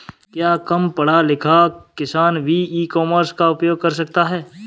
क्या कम पढ़ा लिखा किसान भी ई कॉमर्स का उपयोग कर सकता है?